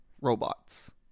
robots